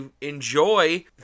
enjoy